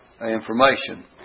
information